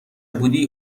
بودی